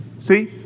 See